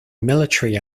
military